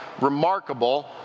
remarkable